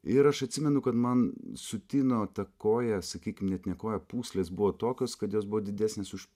ir aš atsimenu kad man sutino ta koja sakykim net ne koja pūslės buvo tokios kad jos buvo didesnės už